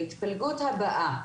בהתפלגות הבאה: